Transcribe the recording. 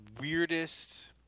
weirdest